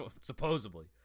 Supposedly